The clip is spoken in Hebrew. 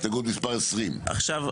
הסתייגות מספר 20. עכשיו,